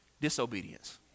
disobedience